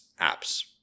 apps